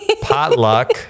potluck